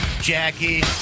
Jackie